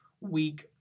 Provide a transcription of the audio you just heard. week